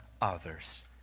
others